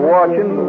Watching